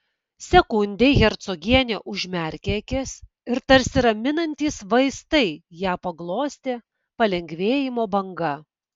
sekundei hercogienė užmerkė akis ir tarsi raminantys vaistai ją paglostė palengvėjimo banga